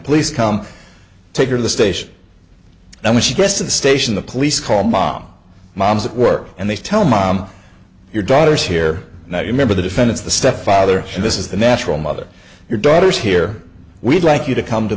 police come take her to the station and when she gets to the station the police call mom moms at work and they tell mom your daughter's here now you remember the defendant's the stepfather and this is the natural mother your daughter's here we'd like you to come to